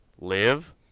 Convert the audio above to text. live